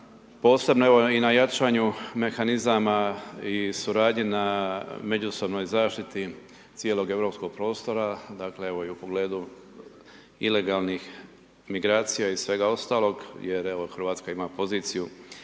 posebno evo i na jačanju mehanizama i suradnji na međusobnoj zaštiti cijelog europskog prostora, dakle evo i u pogledu ilegalnih migracija i svega ostalog, jer evo Hrvatska ima poziciju